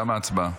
תמה ההצבעה.